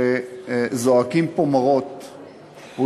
שזועקים פה מרות לגביו,